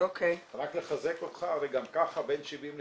--- רק לחזק אותך הרי גם ככה בין 70%